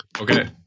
Okay